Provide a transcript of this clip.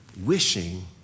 wishing